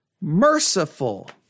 Merciful